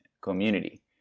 community